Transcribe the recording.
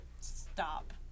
stop